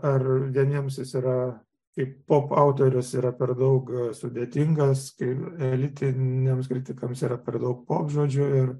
ar vieniems jis yra kaip pop autorius yra per daug sudėtinga skirti elitiniams kritikams yra per daug pop žodžiu ir